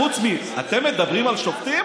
חוץ מ"אתם מדברים על שופטים?